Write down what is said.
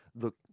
look